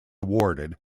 awarded